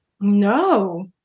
no